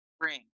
bring